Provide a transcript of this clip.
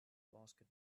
basket